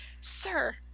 Sir